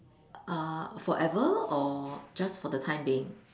uh forever or just for the time being